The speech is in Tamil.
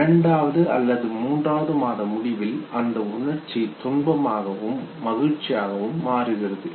இரண்டாவது அல்லது மூன்றாவது மாத முடிவில் அந்த உணர்ச்சி துன்பமாகவும் மகிழ்ச்சியாகவும் மாறுகிறது